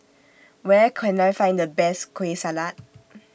Where Can I Find The Best Kueh Salat